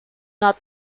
not